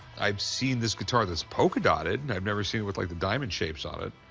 i've seen this guitar that's polka dotted. and i've never seen it with like the diamond shapes on it.